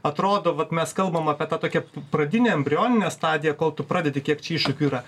atrodo vat mes kalbam apie tą tokią pradinę embrioninę stadiją kol tu pradedi kiek čia iššūkių yra